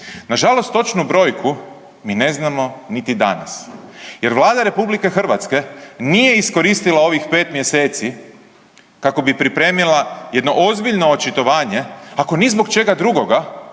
Nažalost točnu brojku mi ne znamo niti danas jer Vlada RH nije iskoristila ovih pet mjeseci kako bi pripremila jedno ozbiljno očitovanje, ako ni zbog čega drugoga,